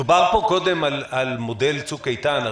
דובר פה קודם על מודל צוק איתן.